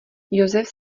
josef